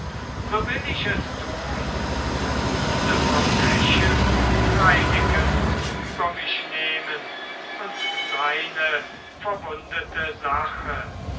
so will ich es tun und diese verbrechen reinekens über mich nehmen und seine verwundete sache